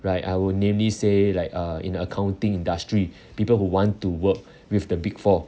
right I will namely say like uh in accounting industry people who want to work with the big four